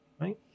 right